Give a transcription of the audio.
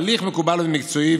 ההליך מקובל ומקצועי,